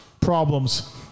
problems